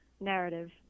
narrative